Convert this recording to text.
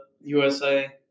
USA